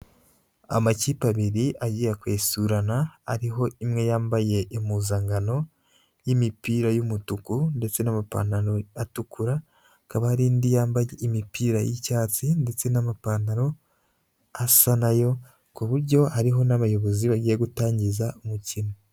Amakipe abiri agiye kwesurana, hariho imwe yambaye impuzankano y'imipira y'umutuku ndetse n'amapantaro atukura, hakaba hari indi yambaye imipira y'icyatsi ndetse n'amapantaro asa na yo, ku buryo hariho n'abayobozi bagiye gutangiza umukino.